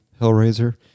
Hellraiser